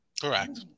Correct